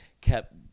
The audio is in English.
kept